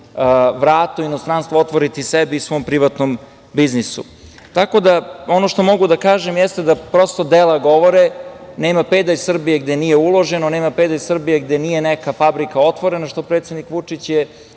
vrata u inostranstvu otvoriti sebi i svom privatnom biznisu. Ono što mogu da kažem jeste da prosto dela govore. Nema pedalj Srbije gde nije uloženo, nema pedalj Srbije gde nije neka fabrika otvorena, što je predsednik Vučić